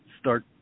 start